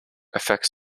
affects